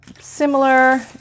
similar